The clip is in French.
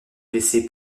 blessé